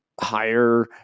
higher